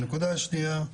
הנקודה השנייה היא